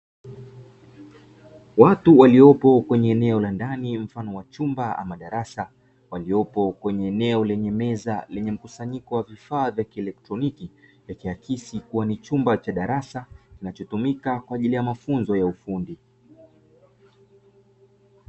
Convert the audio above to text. Watu waliopo kwenye eneo la ndani mfano wa chumba ama darasa waliopo kwenye eneo lenye meza lenye mkusanyiko wa vifaa vya kielektroniki, yakiakisi kuwa ni chumba cha darasa kinachotumika kwaajili ya mafunzo ya ufundi.